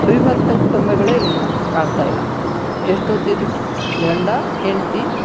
ಅವಿಭಕ್ತ ಕುಟುಂಬಗಳೇ ಇಲ್ಲ ಕಾಣ್ತಾಯಿಲ್ಲ ಎಷ್ಟೋತಿದ್ದು ಗಂಡ ಹೆಂಡತಿ